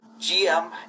GM